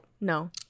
No